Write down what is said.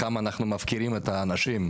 כמה אנחנו מפקירים את האנשים,